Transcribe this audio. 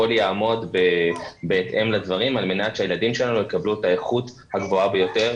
יעמוד בהתאם לדברים על מנת שהילדים שלנו יקבלו את האיכות הגבוהה ביותר.